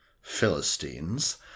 philistines